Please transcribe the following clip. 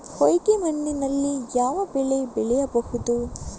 ಹೊಯ್ಗೆ ಮಣ್ಣಿನಲ್ಲಿ ಯಾವ ಬೆಳೆ ಬೆಳೆಯಬಹುದು?